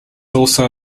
also